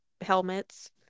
helmets